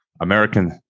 American